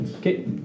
okay